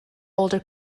older